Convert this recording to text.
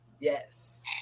Yes